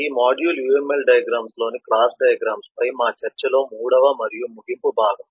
ఈ module UML diagrams లోని class diagrams పై మా చర్చల్లో 3 వ మరియు ముగింపు భాగం